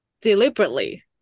deliberately